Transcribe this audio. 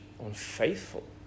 unfaithful